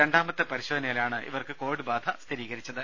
രണ്ടാമത്തെ പരിശോധനയിലാണ് കോവിഡ് ബാധ സ്ഥിരീകരിച്ചത്